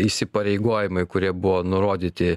įsipareigojimai kurie buvo nurodyti